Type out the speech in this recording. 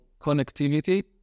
connectivity